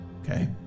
okay